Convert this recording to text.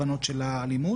שזה יכול להיות האזנה,